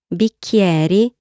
bicchieri